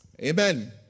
Amen